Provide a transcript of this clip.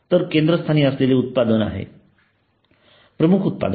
तर ते केंद्रस्थानी असलेले उत्पादन आहे प्रमुख उत्पादन